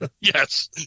Yes